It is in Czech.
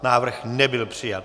Návrh nebyl přijat.